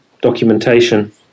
documentation